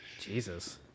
Jesus